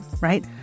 right